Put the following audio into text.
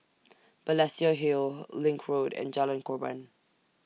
Balestier Hill LINK Road and Jalan Korban